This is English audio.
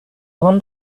want